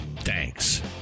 thanks